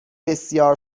بسیار